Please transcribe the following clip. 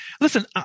Listen